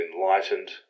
enlightened